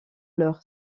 leur